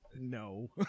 No